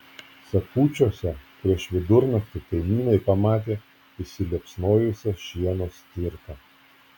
sakūčiuose prieš vidurnaktį kaimynai pamatė įsiliepsnojusią šieno stirtą